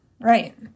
right